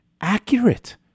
accurate